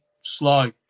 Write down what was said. slow